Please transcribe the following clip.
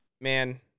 Man